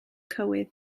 cywydd